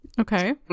Okay